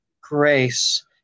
grace